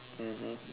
mmhmm